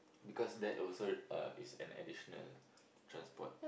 because that also uh is an additional transport